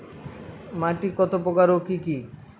মাটি কতপ্রকার ও কি কী?